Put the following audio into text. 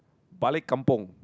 balik kampung